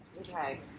Okay